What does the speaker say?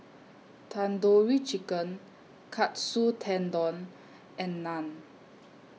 Tandoori Chicken Katsu Tendon and Naan